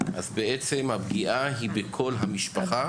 אז בעצם הפגיעה היא בכל המשפחה,